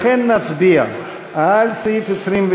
לכן, נצביע על סעיף 23